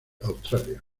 australia